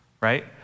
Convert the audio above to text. right